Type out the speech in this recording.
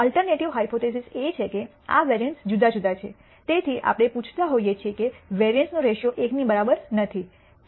alternative hypothesis એ છે કે આ વેરિઅન્સ જુદાં જુદાં છે તેથી આપણે પૂછતા હોઈએ છીએ કે વેરિઅન્સ નો રૈશીઓ 1 ની બરાબર નથી